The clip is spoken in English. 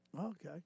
Okay